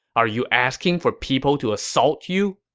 are you asking for people to assault you?